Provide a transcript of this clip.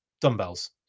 Dumbbells